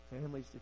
families